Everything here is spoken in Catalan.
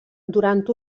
durant